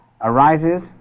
arises